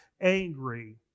angry